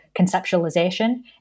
conceptualization